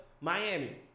Miami